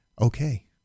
okay